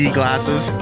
glasses